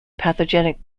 pathogenic